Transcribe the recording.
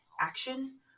action